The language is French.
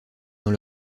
dans